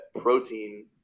protein